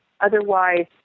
otherwise